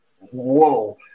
whoa